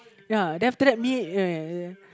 ya then after me uh